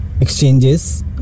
exchanges